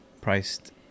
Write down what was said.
priced